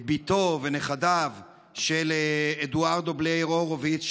את בתו ונכדיו של אדוארדו בלייר הורוביץ.